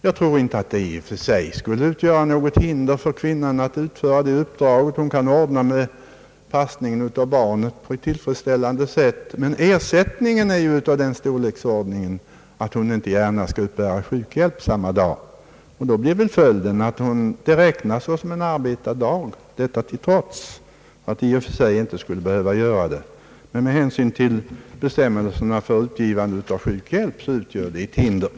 Jag tror inte att det i och för sig skulle utgöra något hinder för kvinnan att utföra det uppdraget, om hon kan ordna en tillfredsställande passning av barnet, men ersättningen är av den storleksordningen att hon inte gärna skall uppbära sjukhjälp för samma dag. Då blir väl följden att det räknas som en arbetad dag, trots att det i och för sig inte skulle behöva göra det, men med hänsyn till bestämmelserna för utgivande av sjukhjälp utgör det ett hinder.